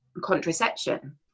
contraception